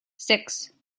six